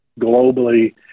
globally